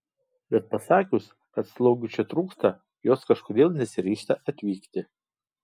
bet pasakius kad slaugių čia trūksta jos kažkodėl nesiryžta atvykti